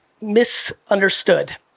Misunderstood